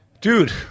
dude